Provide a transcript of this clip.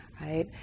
right